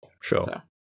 Sure